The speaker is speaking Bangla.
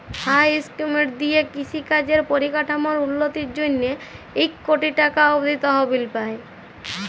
হাঁ ইস্কিমট দিঁয়ে কিষি কাজের পরিকাঠামোর উল্ল্যতির জ্যনহে ইক কটি টাকা অব্দি তহবিল পায়